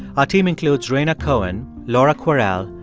our team includes rhaina cohen, laura kwerel,